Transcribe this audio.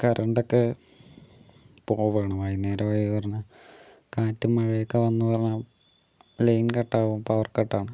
കറണ്ടൊക്കെ പോവാണ് വൈകുന്നേരമായി പറഞ്ഞാൽ കാറ്റും മഴയുമ്മൊക്കെ വന്ന് പറഞ്ഞാൽ ലൈൻ കട്ടാകും പവർ കട്ടാണ്